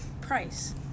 price